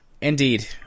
Indeed